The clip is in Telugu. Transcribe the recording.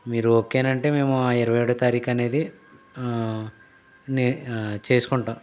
మీరు ఓకే అంటే మేము ఇరవై ఏడో తారీకనేది నే ఆ చేసుకుంటాం